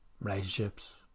relationships